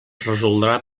resoldrà